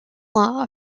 law